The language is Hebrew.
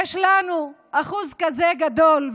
שיש לנו שיעור כזה גדול,